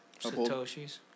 satoshis